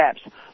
steps